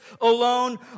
alone